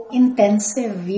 intensive